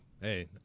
Hey